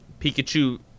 Pikachu